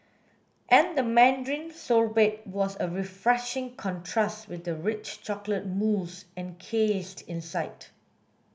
and the mandarin sorbet was a refreshing contrast with the rich chocolate mousse encased inside